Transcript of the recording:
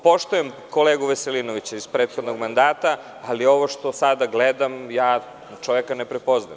Poštujem kolegu Veselinovića iz prethodnog mandata, ali ovo što sada gledam, čoveka ne prepoznajem.